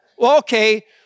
okay